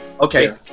Okay